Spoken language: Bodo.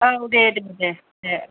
औ दे दे